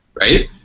right